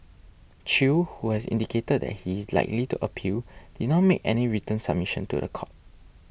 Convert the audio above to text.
Chew who has indicated that he is likely to appeal did not make any written submission to the court